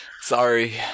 Sorry